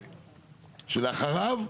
שלאחריו,